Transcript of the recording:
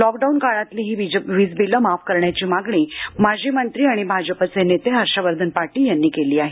lockdown काळातली वीजबिलं माफ करण्याची मागणी माजी मंत्री आणि भाजपचे नेते हर्षवर्धन यांनी केली आहे